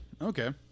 okay